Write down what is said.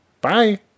Bye